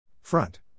Front